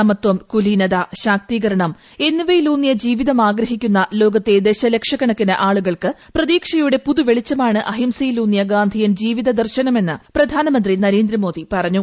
സമത്പം കുലീനത ശാക്തീകരണം എന്നിവയിലൂന്നിയ ജീവിതം ആഗ്രഹിക്കുന്ന ലോകത്തെ ദശലക്ഷക്കണക്കിന് ആളുകൾക്ക് പ്രതീക്ഷയുടെ പുതുവെളിച്ചമാണ് അഹിംസയിലൂന്നിയ ഗാന്ധിയൻ ജീവിത ദർശനമെന്ന് പ്രധാനമന്ത്രി നരേന്ദ്രമോദി പറഞ്ഞു